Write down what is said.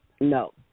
no